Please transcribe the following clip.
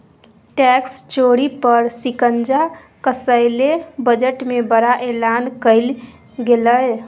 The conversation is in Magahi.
टैक्स चोरी पर शिकंजा कसय ले बजट में बड़ा एलान कइल गेलय